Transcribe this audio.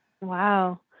Wow